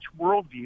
worldview